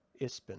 Ispin